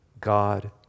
God